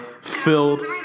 filled